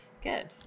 Good